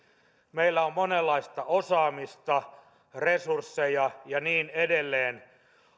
meillä on monenlaista osaamista resursseja ja niin edelleen